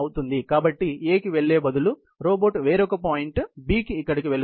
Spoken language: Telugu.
కాబట్టి A కి వెళ్ళే బదులు రోబోట్ వేరొక పాయింట్ B కి ఇక్కడికి వెళుతుంది